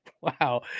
Wow